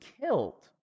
killed